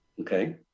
okay